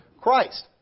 Christ